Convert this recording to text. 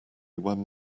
when